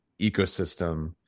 ecosystem